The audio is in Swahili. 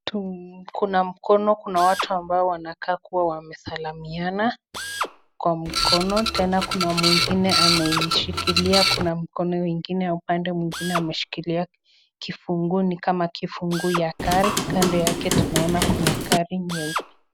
Kuna mkono kuna watu ambao wamekaa kusalamiana ,kwa mkono tena kuna mwingine ameshikilia, kuna mkono kwa upande mwingine ameshikilia kifungu ni kama ya gari . Kando yake kuna gari nyeupe.